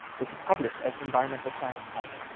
this is published as environmental sciencebites.